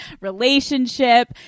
relationship